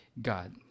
God